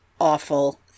awful